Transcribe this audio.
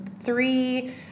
three